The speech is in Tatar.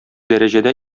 дәрәҗәдә